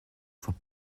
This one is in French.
fois